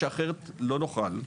שאחרת לא נוכל.